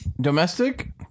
Domestic